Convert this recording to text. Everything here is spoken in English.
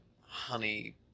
honey